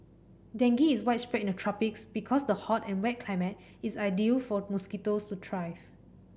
dengue is widespread in the tropics because the hot and wet climate is ideal for mosquitoes to thrive